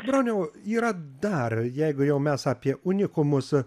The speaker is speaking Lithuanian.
broniau yra dar jeigu jau mes apie unikumus